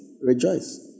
Rejoice